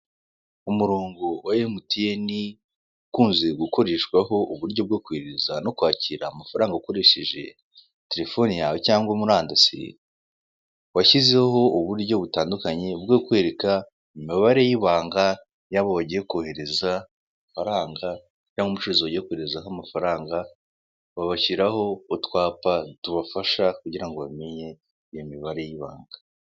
Umurongo wa emutiyeni, ukunze gukoreshwaho uburyo bwo koherereza no kwakira amafaranga ukoresheje telefone yawe cyangwa umurandasi, washyizeho uburyo butandukanye bwo kwereka imibare y'ibanga y'abo bagiye koherereza amafaranga, cyangwa umucuruzi bagiye koherezaho amafaranga, babashyiraho utwapa tubafasha kugira ngo bamenye iyo mibare y'ibanga.